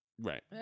Right